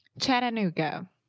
Chattanooga